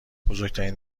بزرگترین